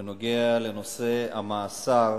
בנושא המאסר,